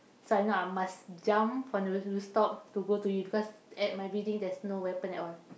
so I know I must jump on the rooftop to go to you because at my building there's no weapon at all